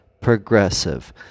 Progressive